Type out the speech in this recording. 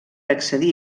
accedir